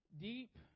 deep